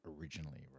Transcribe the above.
originally